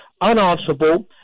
unanswerable